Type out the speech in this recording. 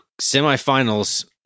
semifinals